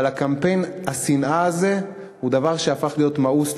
אבל קמפיין השנאה הזה הוא דבר שהפך להיות מאוס,